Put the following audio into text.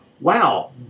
wow